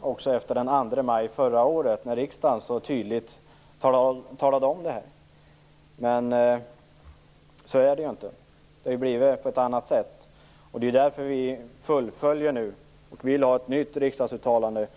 också efter den 2 maj förra året, herr talman, när riksdagen så tydligt talade om detta. Men så är det inte. Det har blivit på ett annat sätt. Det är därför vi fullföljer och vill ha ett nytt riksdagsuttalande.